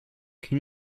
can